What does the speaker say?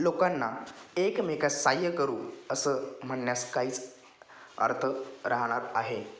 लोकांना एकमेका सहाय्य करू असं म्हणण्यास काहीच अर्थ राहणार आहे